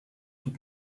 sous